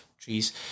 trees